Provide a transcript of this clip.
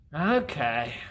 Okay